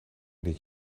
dit